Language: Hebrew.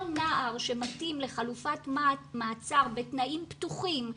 כל נער שמתאים לחלופת מעצר בתנאים פתוחים,